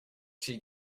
she